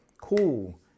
cool